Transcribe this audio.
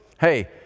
hey